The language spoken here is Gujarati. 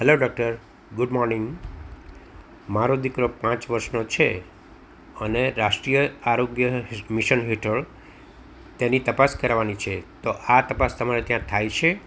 હેલો ડોક્ટર ગુડ મોરનીંગ મારો દીકરો પાંચ વર્ષનો છે અને રાષ્ટ્રીય આરોગ્ય મિશન હેઠળ તેની તપાસ કરાવવાની છે તો આ તપાસ તમારા ત્યાં થાય છે